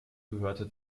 gehörte